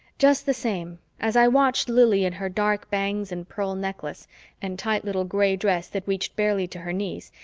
just the same, as i watched lili in her dark bangs and pearl necklace and tight little gray dress that reached barely to her knees,